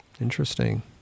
Interesting